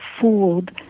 fooled